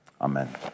amen